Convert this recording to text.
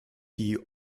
die